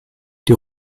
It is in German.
die